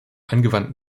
angewandte